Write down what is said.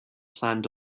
planned